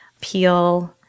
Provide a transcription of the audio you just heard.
Peel